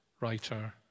writer